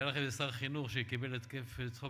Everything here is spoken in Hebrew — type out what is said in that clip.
היה לך איזה שר חינוך שקיבל התקף צחוק